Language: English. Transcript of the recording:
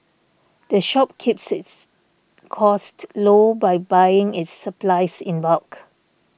the shop keeps its costs low by buying its supplies in bulk